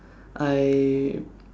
I